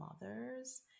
mothers